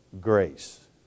grace